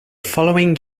following